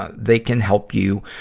ah they can help you,